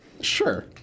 Sure